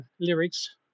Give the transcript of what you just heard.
lyrics